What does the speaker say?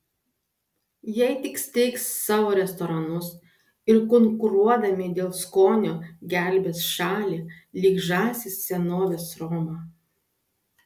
jei tik steigs savo restoranus ir konkuruodami dėl skonio gelbės šalį lyg žąsys senovės romą